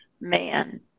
man